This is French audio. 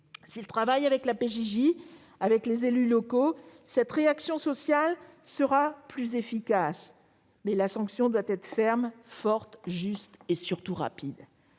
s'ils travaillent avec la PJJ et les élus locaux, la réaction sociale sera plus efficace. En revanche, la sanction doit rester ferme, forte, juste et surtout rapide.